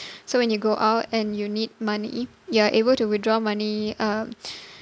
so when you go out and you need money you are able to withdraw money um